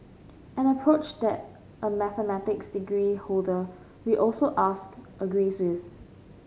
an approach that a mathematics degree holder we also asked agrees with